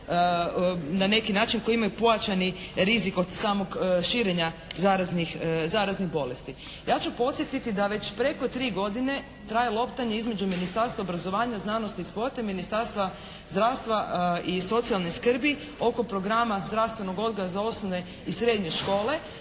na neki način koji imaju pojačani rizik od samog širenja zaraznih bolesti. Ja ću podsjetiti da već preko tri godine traje loptanje između Ministarstva obrazovanja, znanosti i sporta i Ministarstva zdravstva i socijalne skrbi oko Programa zdravstvenog odgoja za osnovne i srednje škole,